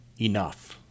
Enough